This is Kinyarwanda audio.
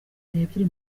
nebyiri